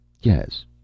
Yes